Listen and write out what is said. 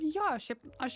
jo šiaip aš